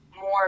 more